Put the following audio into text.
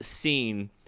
scene